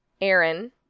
Aaron